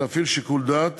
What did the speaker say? להפעיל שיקול דעת